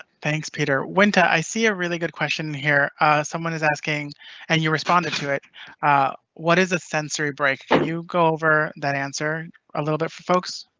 thanks peter. wynta, i see a really good question here someone is asking and you responded to it what is a sensory break? can you go over that answer a little bit for folks?